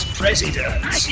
president